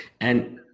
And-